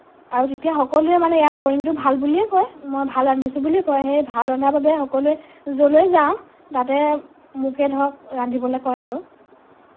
আৰু তেতিয়া সকলোৱে মানে ইয়াৰ পৰিণতি ভাল বুলিয়েই কয় মই ভাল ৰান্ধিছোঁ বুলিয়ে কয় সেই ভাল ৰন্ধাৰ বাবে সকলোৱে 'লৈ যাওঁ তাতে মোকে ধৰক ৰান্ধিবলৈ কয় আৰু